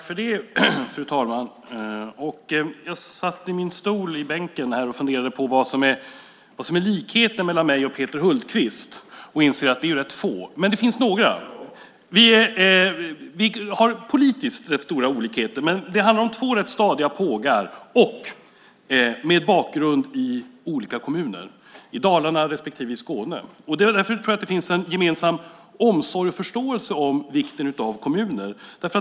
Fru talman! Jag satt på min plats och funderade på likheterna mellan mig och Peter Hultqvist och insåg att de är rätt få. Men det finns några. Vi har politiskt rätt stora olikheter, men det handlar om två rätt stadiga pågar med bakgrund i olika kommuner, i Dalarna respektive Skåne. Därför tror jag att det finns en gemensam omsorg och förståelse för vikten av kommuner.